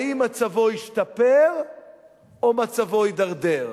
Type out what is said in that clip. האם מצבו השתפר או מצבו הידרדר?